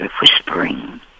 whispering